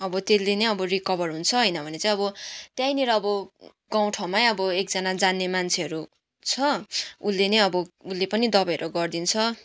अब त्यसले नै अब रिकभर हुन्छ होइन भने चाहिँ अब त्यहीँनिर अब गाउँठाउँमै अब एकजना जान्ने मान्छेहरू छ उसले नै अब उसले पनि दबाईहरू गरिदिन्छ